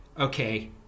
Okay